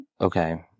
Okay